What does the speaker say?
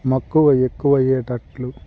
మక్కువ ఎక్కువ అయ్యేటట్లు